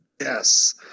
Yes